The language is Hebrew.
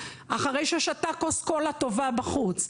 אחרי ששתה כוס קולה טובה בחוץ,